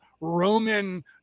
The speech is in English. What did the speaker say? Roman